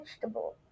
vegetable